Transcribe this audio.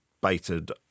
baited